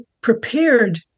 prepared